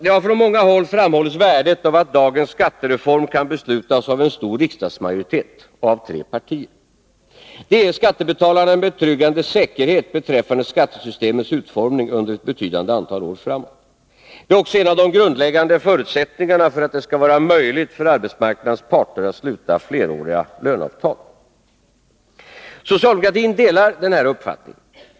Man har från många håll framhållit värdet av att dagens skattereform kan beslutas av en stor riksdagsmajoritet och av tre partier. Det ger skattebetalarna en betryggande säkerhet beträffande skattesystemets utformning under ett betydande antal år framåt. Det är också en av de grundläggande förutsättningarna för att det skall vara möjligt för arbetsmarknadens parter att sluta fleråriga löneavtal. Socialdemokratin delar den här uppfattningen.